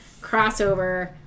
crossover